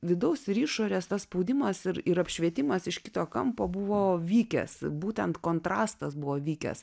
vidaus ir išorės tas spaudimas ir ir apšvietimas iš kito kampo buvo vykęs būtent kontrastas buvo vykęs